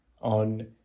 on